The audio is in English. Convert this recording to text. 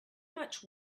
much